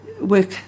work